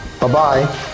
Bye-bye